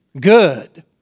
good